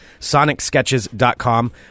SonicSketches.com